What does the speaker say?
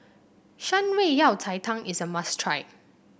Shan Rui Yao Cai Tang is a must try